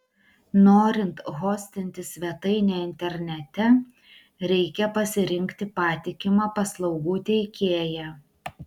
norint hostinti svetainę internete reikia pasirinkti patikimą paslaugų teikėją